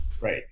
right